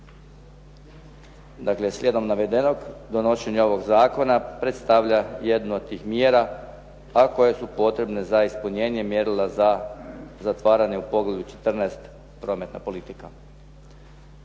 Dakle, slijedom navedenog donošenje ovog zakona predstavlja jednu od tih mjera a koje su potrebne za ispunjenje mjerila za zatvaranje u poglavlju 14. – Prometna politika.